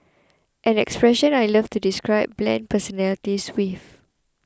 an expression I love to describe bland personalities with